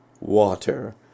water